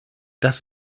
das